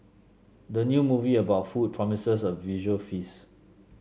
the new movie about food promises a visual feast